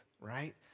right